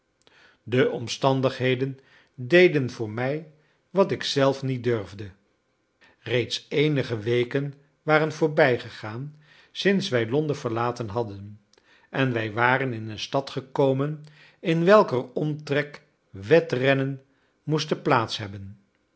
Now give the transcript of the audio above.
de omstandigheden deden voor mij wat ik zelf niet durfde reeds eenige weken waren voorbijgegaan sinds wij londen verlaten hadden en wij waren in een stad gekomen in welker omtrek wedrennen moesten plaats hebben